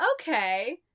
Okay